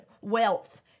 wealth